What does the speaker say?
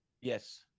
Yes